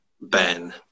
Ben